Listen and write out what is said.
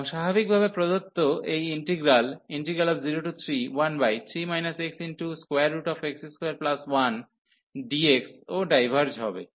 এবং স্বাভাবিকভাবে প্রদত্ত এই ইন্টিগ্রাল 03dx3 xx21 ও ডাইভার্জ হবে